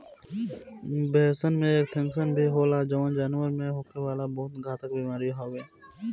भेड़सन में एंथ्रेक्स भी होला जवन जानवर में होखे वाला बहुत घातक बेमारी हवे